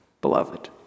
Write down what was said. beloved